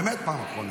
באמת פעם אחרונה.